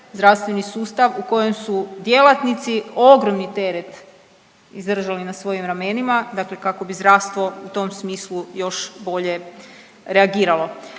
zdravstveni sustav u kojem su djelatnici ogromni teret izdržali na svojim ramenima, dakle kako bi zdravstvo u tom smislu još bolje reagiralo.